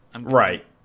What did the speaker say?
Right